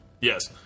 Yes